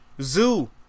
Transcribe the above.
Zoo